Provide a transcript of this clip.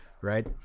right